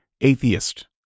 atheist